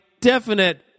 definite